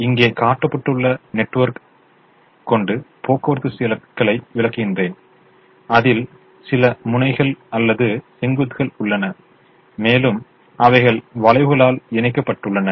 இங்கே காட்டப்பட்டுள்ள நெட்வொர்க் ஐ கொண்டு போக்குவரத்து சிக்கலை விளக்குகின்றன அதில் சில முனைகள் அல்லது செங்குத்துகள் உள்ளன மேலும் அவைகள் வளைவுகளால் இணைக்கப்பட்டுள்ளன